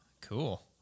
cool